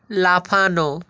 লাফানো